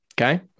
Okay